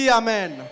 amen